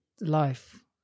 life